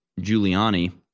Giuliani